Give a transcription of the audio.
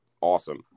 awesome